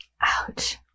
Ouch